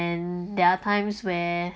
and there are times where